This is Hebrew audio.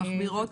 מחמירות יותר?